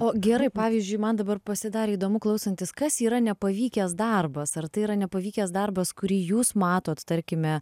o gerai pavyzdžiui man dabar pasidarė įdomu klausantis kas yra nepavykęs darbas ar tai yra nepavykęs darbas kurį jūs matot tarkime